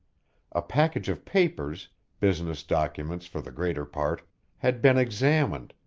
a package of papers business documents for the greater part had been examined,